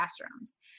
classrooms